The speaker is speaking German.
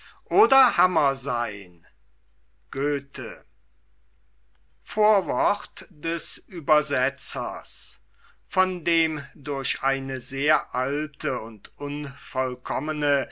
oder hammer seyn goethe vorwort des uebersetzers von dem durch eine sehr alte und unvollkommene